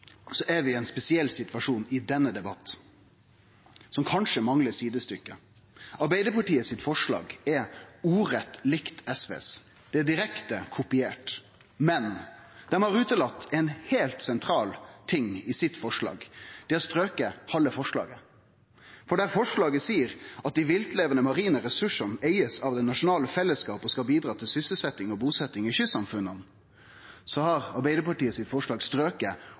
er i ein spesiell situasjon i denne debatten, som kanskje manglar sidestykke. Forslaget frå Arbeidarpartiet er ordrett heilt likt SV sitt forslag. Det er direkte kopiert, men dei har utelate ein heilt sentral ting i sitt forslag. Dei har stroke halve forslaget. For der forslaget vårt seier: «De viltlevende marine ressursene eies av det nasjonale fellesskapet og skal bidra til sysselsetting og bosetting i kystsamfunnene», har Arbeidarpartiet